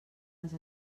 les